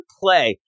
play